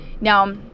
Now